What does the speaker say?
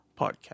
Podcast